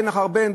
בן אחר בן,